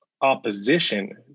opposition